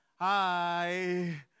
Hi